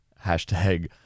Hashtag